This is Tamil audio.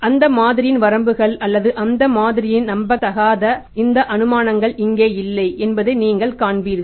எனவே அந்த மாதிரியின் வரம்புகள் அல்லது அந்த மாதிரியில் நம்பத்தகாததாக இருந்த அனுமானங்கள் இங்கே இல்லை என்பதை நீங்கள் காண்பீர்கள்